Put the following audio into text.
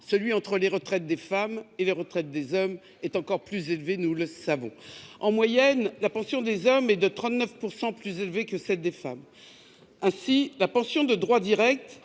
celui entre les retraites des femmes et les retraites des hommes est encore plus élevé, comme nous le savons. En moyenne, la pension des hommes est de 39 % plus élevée que celle des femmes. Ainsi, la pension de droit direct